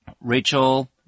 Rachel